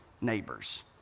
neighbors